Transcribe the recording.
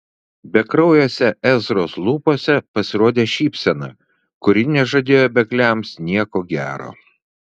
bekraujėse ezros lūpose pasirodė šypsena kuri nežadėjo bėgliams nieko gero